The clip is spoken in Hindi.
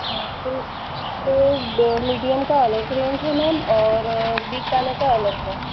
हाँ तो तो ब मीडियम का अलग रेंज है मैम और बीच वाले का अलग है